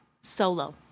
solo